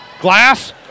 glass